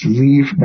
leave